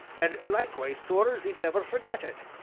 and likewise swore as he'd never forget it.